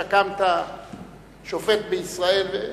שופט בישראל,